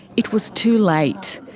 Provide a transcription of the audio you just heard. it was too late.